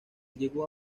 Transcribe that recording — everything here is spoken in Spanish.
llegó